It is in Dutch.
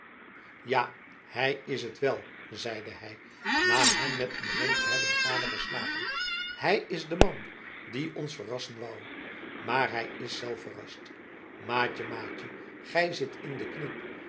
ja hij is het wel zeide hij na hem met een zwenk te hebben gadegeslagen het is de man die ons verrassen wou maar hij is zelf verrast maatje maatje gij zit in de knip